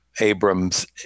Abram's